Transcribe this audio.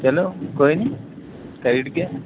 चलो कोई नी करी ओड़गे